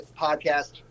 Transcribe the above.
podcast